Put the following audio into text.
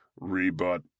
Rebut